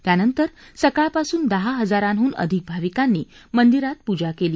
त्यानंतर सकाळपासून दहा हजारांडून अधिक भाविकांनी मंदिरात पूजा केली